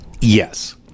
Yes